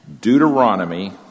Deuteronomy